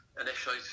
initially